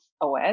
OS